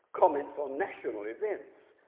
comments on national events,